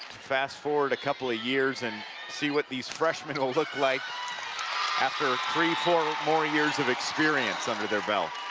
fast-forward a couple of years and see what these freshmen willlook like after three, four moreyears of experience under their belt.